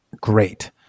Great